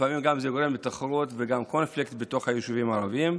זה לפעמים גם גורם לתחרות ולקונפליקט בתוך היישובים הערביים.